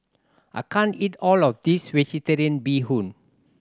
I can't eat all of this Vegetarian Bee Hoon